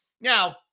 Now